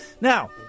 Now